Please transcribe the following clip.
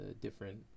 different